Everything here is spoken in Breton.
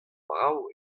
brav